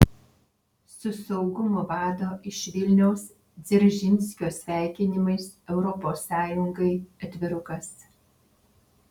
su saugumo vado iš vilniaus dzeržinskio sveikinimais europos sąjungai atvirukas